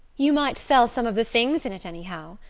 you might sell some of the things in it anyhow.